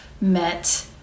met